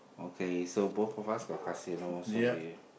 okay so both of us got casino so we